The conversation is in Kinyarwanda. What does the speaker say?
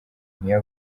niyo